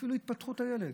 אפילו בהתפתחות הילד,